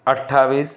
अट्ठाईस